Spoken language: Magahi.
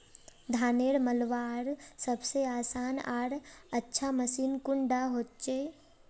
धानेर मलवार सबसे आसान आर अच्छा मशीन कुन डा होचए?